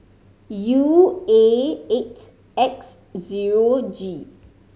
U A eight X zero G